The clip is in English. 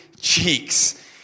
cheeks